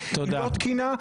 היא לא תקינה.